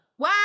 Wow